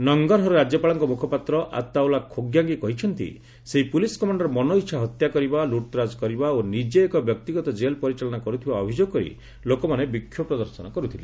ନଙ୍ଗରହର୍ ରାଜ୍ୟପାଳଙ୍କ ମୁଖପାତ୍ର ଅତାଉଲ୍ଲା ଖୋଜ୍ଞାନୀ କହିଛନ୍ତି ସେହି ପୁଲିସ୍ କମାଣ୍ଡର ମନ ଇଚ୍ଛା ହତ୍ୟା କରିବା ଲୁଟ୍ତରାଜ କରିବା ଓ ନିଜେ ଏକ ବ୍ୟକ୍ତିଗତ ଜେଲ ପରିଚାଳନା କରୁଥିବା ଅଭିଯୋଗ କରି ଲୋକମାନେ ବିକ୍ଷୋଭ ପ୍ରଦର୍ଶନ କରୁଥିଲେ